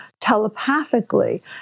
telepathically